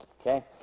okay